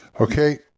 Okay